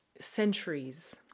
centuries